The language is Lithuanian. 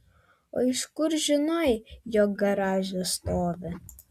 o iš kur žinojai jog garaže stovi